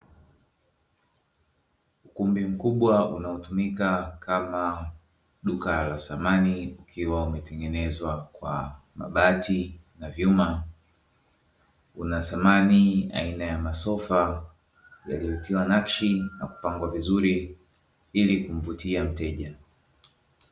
Ukumbi mkubwa unaotumika kama duka la samani ukiwa umetengenezwa kwa mabati na vyuma, kuna samani aina ya masofa, yaliyotiwa nakshi na kupangwa vizuri ili kumvutia mteja.